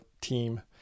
team